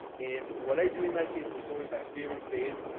and what i do in that case, that's always my favorite phase,